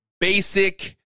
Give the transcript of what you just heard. Basic